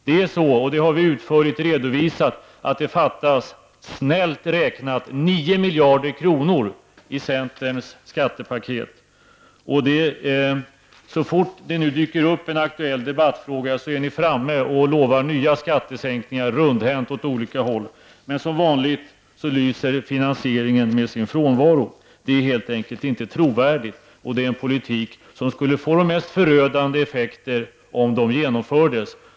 Det är så, och det har vi utförligt redovisat, att det fattas -- snällt räknat -- 9 miljarder i fråga om centerns skattepaket. Så fort en ny debattfråga dyker upp är ni framme och lovar nya skattsänkningar rundhänt åt olika håll. Men som vanligt lyser finansieringen med sin frånvaro. Sådant är helt enkelt inte trovärdigt. Och det är en politik som skulle få de mest förödande effekter om den genomfördes.